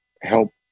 help